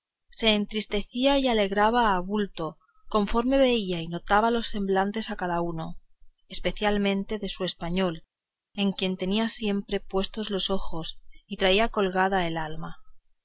se entristecía y alegraba a bulto conforme veía y notaba los semblantes a cada uno especialmente de su español en quien tenía siempre puestos los ojos y traía colgada el alma